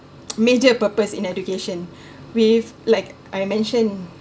major purpose in education with like I mentioned